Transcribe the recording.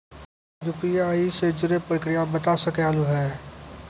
UPI से जुड़े के प्रक्रिया बता सके आलू है?